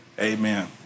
Amen